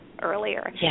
earlier